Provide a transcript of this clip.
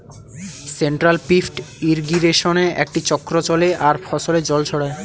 central pivot ইর্রিগেশনে একটি চক্র চলে আর ফসলে জল ছড়ায়